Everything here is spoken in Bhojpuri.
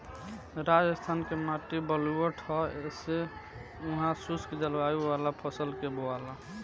राजस्थान के माटी बलुअठ ह ऐसे उहा शुष्क जलवायु वाला फसल के बोआला